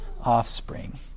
offspring